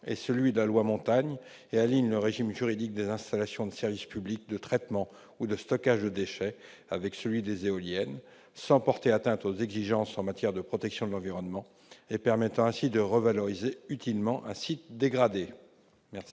et celui de la loi Montagne et tend à aligner le régime juridique des installations de services publics de traitement ou de stockage de déchets avec celui des éoliennes, sans porter atteinte aux exigences en matière de protection de l'environnement, ce qui permet ainsi de revaloriser utilement un site dégradé.